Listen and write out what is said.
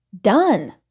done